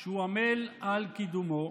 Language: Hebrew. שהוא עמל על קידומו,